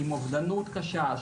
עם אובדנות קשה,